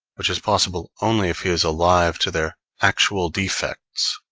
which is possible only if he is alive to their actual defects,